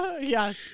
Yes